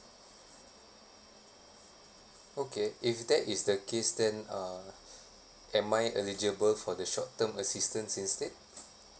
okay if that is the case then uh am I eligible for the short term assistance instead